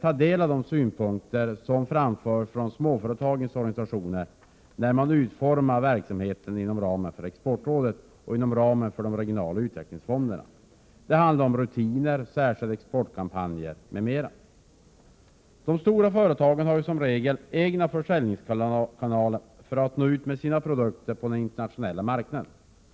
tar del av de synpunkter som framförs från småföretagens organisationer när man utformar verksamheten inom ramen för exportrådet och inom ramen för de regionala utvecklingsfonderna. Det handlar om rutiner, särskilda exportkampanjer osv. De stora företagen har som regel egna försäljningskanaler för att nå ut med sina produkter på den internationella marknaden.